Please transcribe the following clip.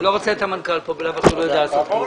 בשעה 13:20.